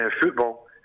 football